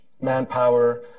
manpower